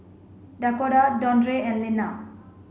Dakoda Dondre and Linna